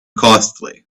costly